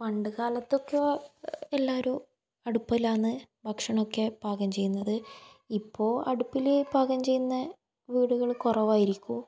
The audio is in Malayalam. പണ്ട് കാലത്തൊക്കെ എല്ലാവരും അടുപ്പിലാന്ന് ഭക്ഷണമൊക്കെ പാകം ചെയ്യുന്നത് ഇപ്പോൾ അടുപ്പിൽ പാകം ചെയ്യുന്നത് വീടുകൾ കുറവായിരിക്കും